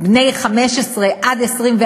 בקרב בני 15 24,